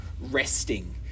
resting